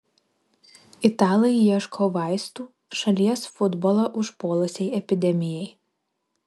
italai ieško vaistų šalies futbolą užpuolusiai epidemijai